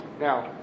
Now